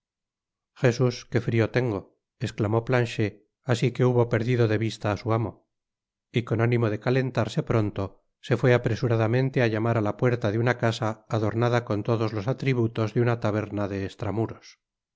jesus qué frio tengo esclamó planchet así que hubo perdido de vista á su amo y con ánimo de calentarse pronto se fué apresuradamente á lia mará la puerta ele una casa adornada con todos los atributos de una taberna de esu'amuros